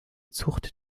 zucht